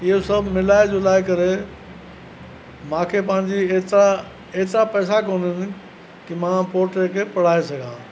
इहो सभु मिलाए झुलाए करे मूंखे पंहिंजी एतिरा एतिरा पैसा कोन्हनि की मां पोटे खे पढ़ाए सघां